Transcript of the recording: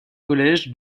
college